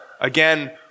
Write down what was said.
again